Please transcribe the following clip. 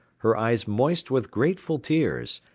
her eyes moist with grateful tears,